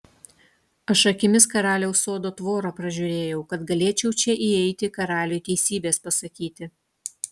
aš akimis karaliaus sodo tvorą pražiūrėjau kad galėčiau čia įeiti karaliui teisybės pasakyti